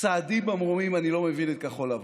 סהדי במרומים, אני לא מבין את כחול לבן.